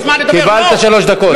מכל סיעות הבית,